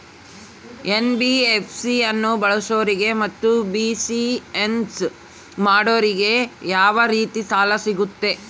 NBFC ಅನ್ನು ಬಳಸೋರಿಗೆ ಮತ್ತೆ ಬಿಸಿನೆಸ್ ಮಾಡೋರಿಗೆ ಯಾವ ರೇತಿ ಸಾಲ ಸಿಗುತ್ತೆ?